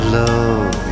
love